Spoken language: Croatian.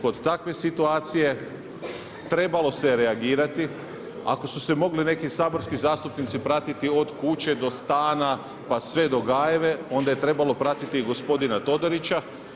Kod takve situacije trebalo se reagirati, a ako su se mogli neki saborski zastupnici pratiti od kuće do stana pa sve do Gajeve, onda je trebalo pratiti i gospodina Todorića.